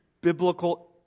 Biblical